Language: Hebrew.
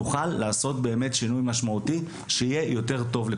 נוכל לעשות באמת שינוי משמעותי שיהיה יותר טוב.